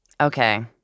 Okay